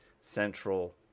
central